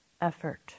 effort